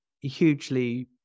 hugely